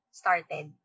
started